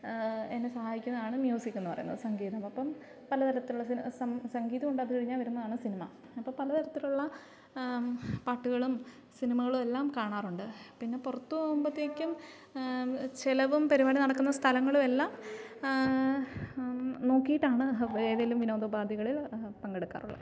എന്നെ സഹായിക്കുന്നതാണ് മ്യൂസിക് എന്നുപറയുന്നത് സംഗീതം അപ്പം പലതരത്തിലുള്ള സിനി സം സംഗീതമുണ്ട് അത് കഴിഞ്ഞാൽ വരുന്നതാണ് സിനിമ അപ്പോൾ പല തരത്തിലുള്ള പാട്ടുകളും സിനിമകളും എല്ലാം കാണാറുണ്ട് പിന്നെ പുറത്ത് പോകുമ്പൊഴത്തേക്കും ചിലവും പരിപാടി നടക്കുന്ന സ്ഥലങ്ങളുമെല്ലാം നോക്കിയിട്ടാണ് എതേലും വിനോദ ഉപാദികളിൽ പങ്കെടുക്കാറുള്ളത്